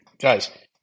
guys